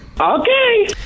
Okay